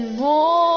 more